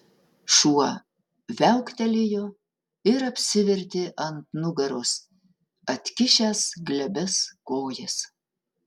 šuo viauktelėjo ir apsivertė ant nugaros atkišęs glebias kojas